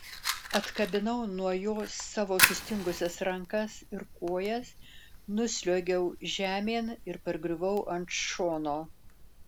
atkabinau nuo jo savo sustingusias rankas ir kojas nusliuogiau žemėn ir pargriuvau ant šono